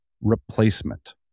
replacement